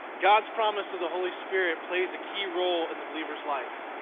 god's promise of the holy spirit plays a key role in the believer's life.